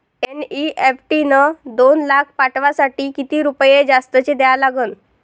NEFT न दोन लाख पाठवासाठी किती रुपये जास्तचे द्या लागन?